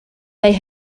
they